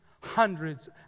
hundreds